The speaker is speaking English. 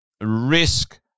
risk